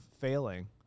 failing